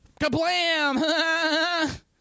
kablam